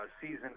season